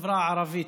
לחברה הערבית,